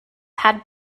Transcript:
had